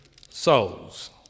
souls